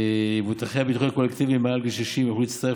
מבוטחי הביטוחים הקולקטיביים מעל גיל 60 יוכלו להצטרף